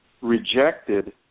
rejected